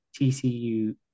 TCU